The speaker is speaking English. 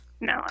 no